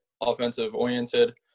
offensive-oriented